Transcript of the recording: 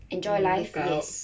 enjoy life yes